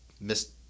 miss